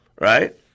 right